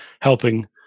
helping